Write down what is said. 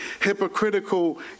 hypocritical